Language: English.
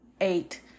eight